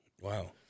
Wow